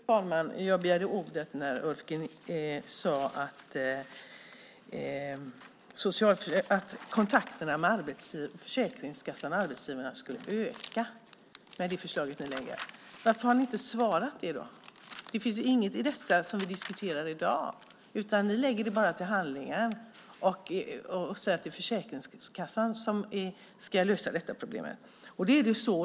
Fru talman! Jag begärde ordet när Ulf Nilsson sade att kontakterna mellan Försäkringskassan och arbetsgivarna skulle öka med det förslag ni lägger fram. Varför har ni inte svarat det då? Det finns inget om detta i det förslag som vi diskuterar i dag, utan ni lägger det bara till handlingarna och säger att Försäkringskassan ska lösa det här problemet.